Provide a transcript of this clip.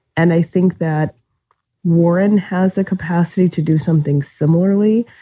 and i think that warren has the capacity to do something similarly.